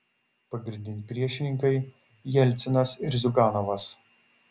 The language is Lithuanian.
pagrindiniai priešininkai jelcinas ir ziuganovas